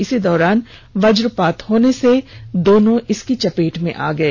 इसी दौरान वजपात होने से दोनों इसकी चपेट में आ गए